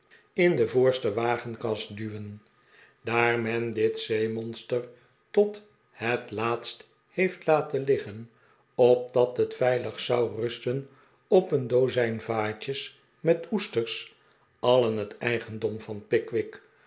in de voorste wagenkast duwen daar men dit zeemonster tot het laatst heeft laten liggen opdat het veilig zou rusten op een dozijn vaatjes met oesters alien het eigendom van pickwick